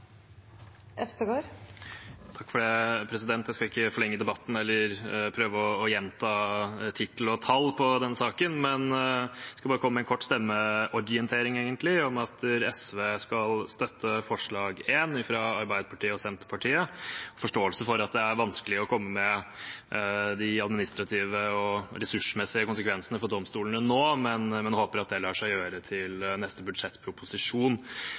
trenger for å kunne undersøke overtredelse og handle raskt og effektivt når de avdekker lovbrudd. Det mener vi lovforslaget vil bidra til. Jeg skal ikke forlenge debatten eller prøve å gjenta tittel og tall på den saken, men skal bare komme med en kort stemmeorientering om at SV skal støtte forslag nr. 1 fra Arbeiderpartiet og Senterpartiet. Jeg har forståelse for at det er vanskelig å komme med de administrative og ressursmessige konsekvensene for domstolene nå, men håper